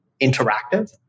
interactive